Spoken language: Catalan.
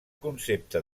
concepte